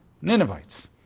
Ninevites